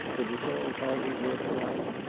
that it's all hardly worth while?